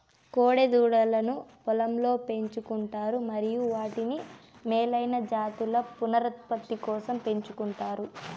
కోడె దూడలను పొలంలో పెంచు కుంటారు మరియు వాటిని మేలైన జాతుల పునరుత్పత్తి కోసం పెంచుకుంటారు